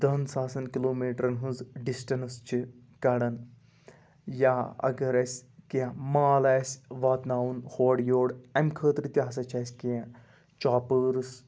دَہَن ساسَن کِلوٗ میٖٹرَن ہٕنٛز ڈِسٹَنٕس چھِ کَڑان یا اَگَر اَسہِ کینٛہہ مال آسہِ واتناوُن ہورٕ یور امہِ خٲطرٕ تہِ ہَسا چھِ اَسہِ کینٛہہ چاپٲرٕس